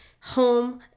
home